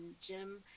Jim